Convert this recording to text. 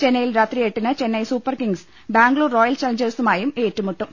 ചെന്നൈയിൽ രാത്രി എട്ടിന് Chennai super kings Bangalore royal ചാലഞ്ചേഴ്സുമായും ഏറ്റുമുട്ടും